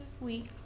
week